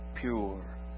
pure